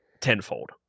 tenfold